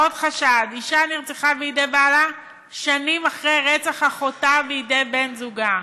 עוד חשד: אישה נרצחה בידי בעלה שנים אחרי רצח אחותה בידי בן-זוגה.